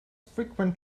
frequent